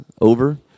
over